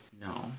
no